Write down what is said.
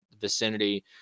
vicinity